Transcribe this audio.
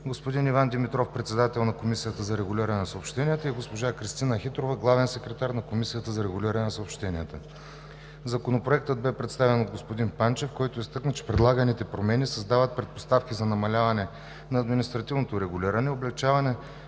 господин Иван Димитров – председател на Комисията за регулиране на съобщенията, и госпожа Кристина Хитрова – главен секретар на Комисията за регулиране на съобщенията. Законопроектът бе представен от господин Панчев, който изтъкна, че предлаганите промени създават предпоставки за намаляване на административното регулиране, облекчаване